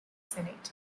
senate